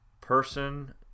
person